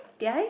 did I